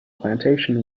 plantation